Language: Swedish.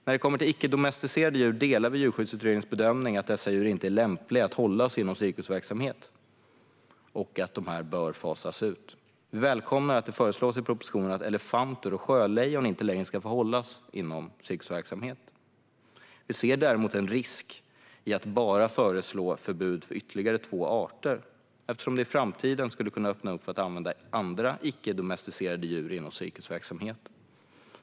När det kommer till icke-domesticerade djur delar vi Djurskyddsutredningens bedömning att dessa inte är lämpliga att hålla inom cirkusverksamhet. Vi anser därför att användningen av dessa bör fasas ut. Vi välkomnar att det föreslås i propositionen att elefanter och sjölejon inte längre ska få hållas inom cirkusverksamhet. Vi ser däremot en risk med att bara föreslå förbud för ytterligare två arter eftersom det i framtiden skulle kunna öppna för att använda andra icke-domesticerade djur inom cirkusverksamhet.